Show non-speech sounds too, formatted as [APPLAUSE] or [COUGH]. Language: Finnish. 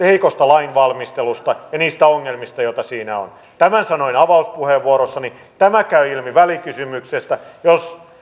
[UNINTELLIGIBLE] heikosta lainvalmistelusta ja niistä ongelmista joita siinä on tämän sanoin avauspuheenvuorossani tämä käy ilmi välikysymyksestä jos